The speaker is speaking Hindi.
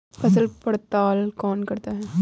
फसल पड़ताल कौन करता है?